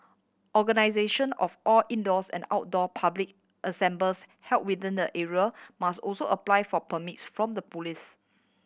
organization of all indoors and outdoor public assemblies held within the area must also apply for permits from the police